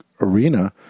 arena